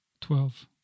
twelve